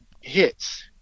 hits